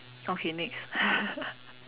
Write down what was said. okay next